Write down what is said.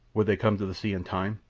would they come to the sea in time?